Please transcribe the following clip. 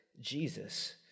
Jesus